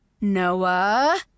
Noah